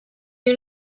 you